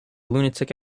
lunatic